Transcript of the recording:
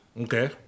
Okay